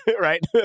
right